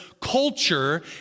culture